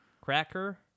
cracker